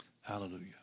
Hallelujah